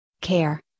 care